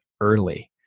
early